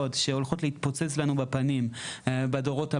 שהולכות להתפוצץ לנו בפנים בדורות הבאים.